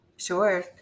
Sure